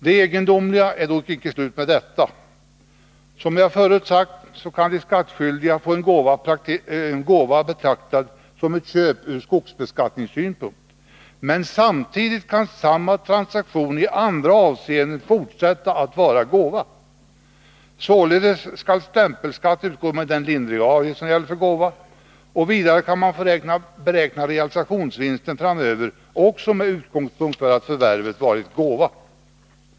Det egendomliga är dock inte slut med detta. Som jag förut sagt kan de skattskyldiga få en gåva betraktad som ett köp från skogsbeskattningssynpunkt, medan samma transaktion samtidigt i andra avseenden kan fortsätta att vara gåva. Således skall stämpelskatten utgå med den lindrigare avgift som gäller för gåva, och vidare kan man få beräkna realisationsvinsten framöver också med utgångspunkt i att förvärvet varit gåva.